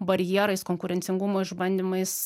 barjerais konkurencingumo išbandymais